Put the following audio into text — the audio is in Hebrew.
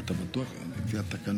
אינו נוכח, חברת הכנסת שלי